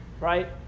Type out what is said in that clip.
right